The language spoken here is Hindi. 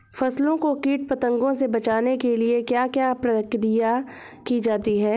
फसलों को कीट पतंगों से बचाने के लिए क्या क्या प्रकिर्या की जाती है?